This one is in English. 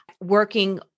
working